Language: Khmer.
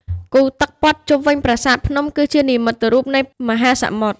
គូទឹកព័ទ្ធជុំវិញប្រាសាទភ្នំ គឺជានិមិត្តរូបនៃមហាសមុទ្រ។